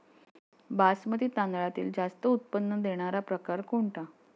बासमती तांदळातील जास्त उत्पन्न देणारा प्रकार कोणता?